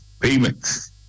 payments